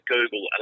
Google